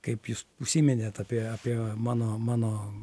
kaip jūs užsiminėt apie apie mano mano